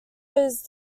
his